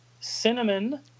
Cinnamon